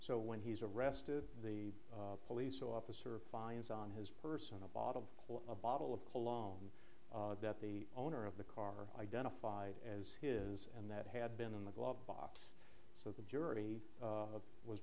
so when he's arrested the police officer finds on his person a bottle or a bottle of cologne that the owner of the car identified as his and that had been in the glove box so the jury